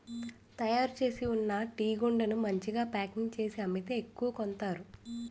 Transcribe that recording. తయారుచేసి ఉన్న టీగుండను మంచిగా ప్యాకింగ్ చేసి అమ్మితే ఎక్కువ కొంతారు